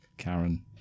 Karen